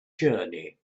journey